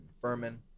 Furman